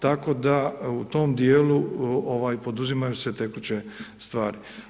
Tako da u tom djelu poduzimaju se tekuće stvari.